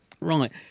Right